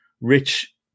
rich